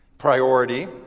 Priority